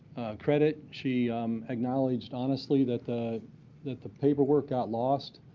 credit, she acknowledged honestly that the that the paperwork got lost.